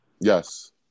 Yes